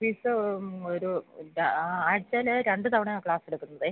fees ഒരു ഇത് ആ ആഴ്ച്ചയിൽ രണ്ട് തവണയാണ് ക്ലാസ് എടുക്കുന്നത്